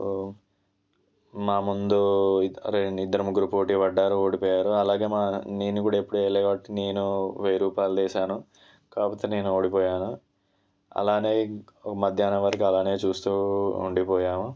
so మా ముందు ఇద్దరు ముగ్గురు పోటీపడ్డారు ఓడిపోయారు అలాగే మా నేను కూడా ఎప్పుడు వేయలే కాబట్టి నేను వెయ్యి రూపాయలు వేసాను కాకపోతే నేను ఓడిపోయాను అలానే మధ్యాహ్నం వరకు అలానే చూస్తూ ఉండిపోయాము